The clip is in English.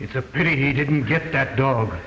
it's a pity he didn't get that dog